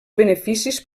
beneficis